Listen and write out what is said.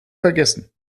vergessen